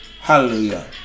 hallelujah